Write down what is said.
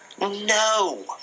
No